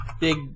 Big